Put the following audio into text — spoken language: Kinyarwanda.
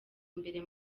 imbere